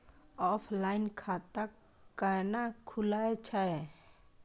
Offline खाता कैना खुलै छै?